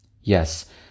Yes